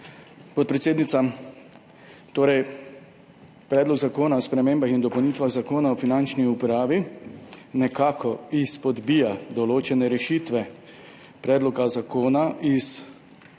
podpredsednica. Predlog zakona o spremembah in dopolnitvah Zakona o finančni upravi nekako izpodbija določene rešitve predloga zakona iz